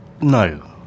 No